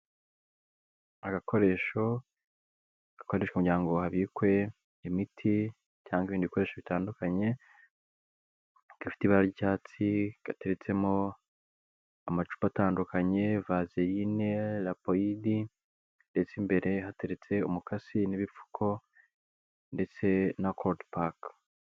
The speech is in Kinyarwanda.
Agakoresho gakoreshwa kugira ngo habikwe imiti cyangwa ibindi bikoresho bitandukanye, gafite ibara ry'icyatsi, gateretsemo amacupa atandukanye vaseline, lapoid ndetse imbere hateretse umukasi n'ibipfuko ndetse na cord pack.